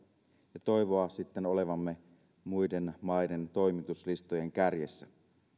ja toivoa sitten olevamme muiden maiden toimituslistojen kärjessä